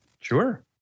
Sure